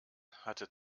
hatte